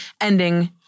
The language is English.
ending